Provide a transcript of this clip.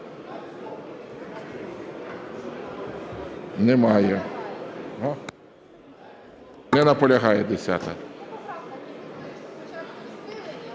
Немає. Не наполягає.